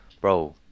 bro